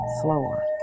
slower